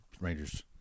Rangers